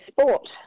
sport